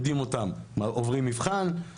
המדינה מקימה בית ספר לסוכני ביטוח?